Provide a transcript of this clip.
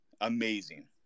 amazing